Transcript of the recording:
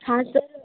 हाँ सर